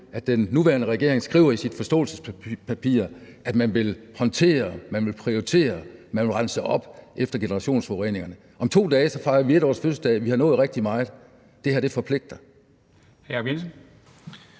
at den nuværende regering skriver i sit forståelsespapir, at man vil håndtere, man vil prioritere, og man vil rense op efter generationsforureningerne. Om 2 dage fejrer vi 1-årsfødselsdag. Vi har nået rigtig meget. Det her forpligter.